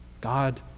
God